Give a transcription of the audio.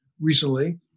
recently